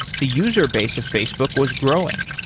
the user-base of facebook was growing.